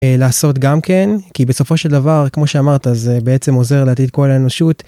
לעשות גם כן כי בסופו של דבר כמו שאמרת זה בעצם עוזר לעתיד כל האנושות.